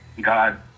God